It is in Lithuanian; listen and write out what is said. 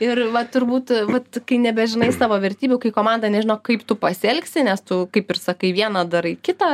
ir va turbūt vat kai nebežinai savo vertybių kai komanda nežino kaip tu pasielgsi nes tu kaip ir sakai vieną darai kitą